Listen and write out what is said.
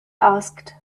asked